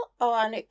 on